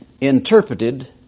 interpreted